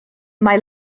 mae